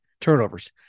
turnovers